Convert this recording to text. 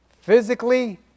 physically